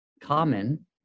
common